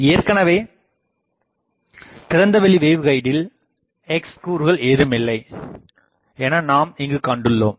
ஏற்கனவே திறந்தவெளி வேவ்கைடில் x கூறுகள் ஏதுமில்லை என நாம் இங்குகண்டுள்ளோம்